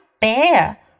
Bear